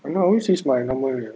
no lah I always use my normal